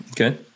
Okay